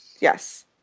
yes